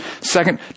Second